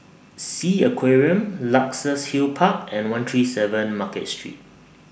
Sea Aquarium Luxus Hill Park and one three seven Market Street